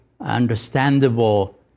understandable